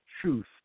truth